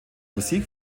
musik